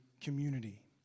community